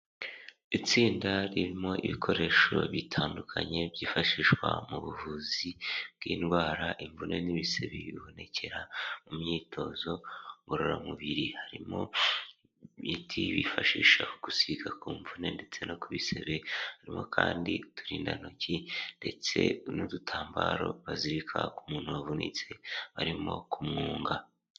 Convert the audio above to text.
Itsinda ririmo ibikoresho bitandukanye byifashishwa mu buvuzi bw'indwara imvune n'ibisebe bibonekera mu myitozo ngororamubir,i harimo imiti bifashisha gusiga ku mvune ndetse no ku bisebe kandi uturindantoki ndetse n'udutambaro bazirika ku muntu wavunitse barimo kumwunga.